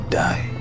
die